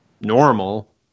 normal